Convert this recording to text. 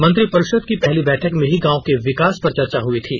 मंत्रिपरिषद की पहली बैठक में ही गांव के विकास पर चर्चा हुई थी